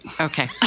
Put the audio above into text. Okay